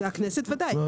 הכנסת ודאי.